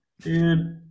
Dude